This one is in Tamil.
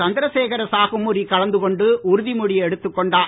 சந்திரசேகர சாகமுரி கலந்து கொண்டு உறுதிமொழி எடுத்துக் கொண்டார்